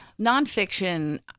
Nonfiction